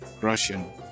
Russian